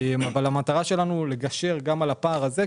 המטרה שלנו היא לגשר גם על הפער הזה,